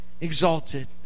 exalted